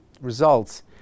results